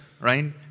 right